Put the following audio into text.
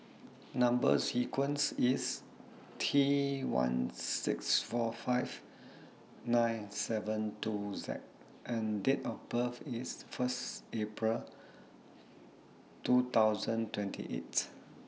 Number sequence IS T one six four five nine seven two Z and Date of birth IS First April two thousand twenty eight